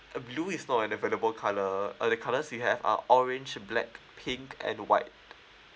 uh blue is not available colour uh the colours we have are orange black pink and white